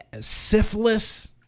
syphilis